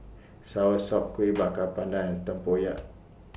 Soursop Kueh Bakar Pandan Tempoyak